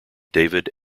david